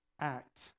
act